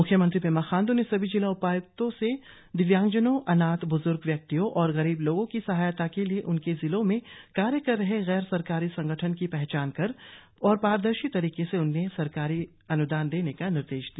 मुख्यमंत्री पेमा खांडू ने सभी जिला उपायुक्तों से दिव्यांजनों अनाथ बुजूर्ग व्यक्तियों और गरीब लोगों की सहायता के लिए उनके जिलों में कार्य कर रहे गैर सरकारी संगठनों की पहचान करने और पारदर्शी तरीके से उन्हें सरकारी अन्दान देने का निर्देश दिया